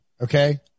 Okay